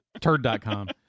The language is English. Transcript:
Turd.com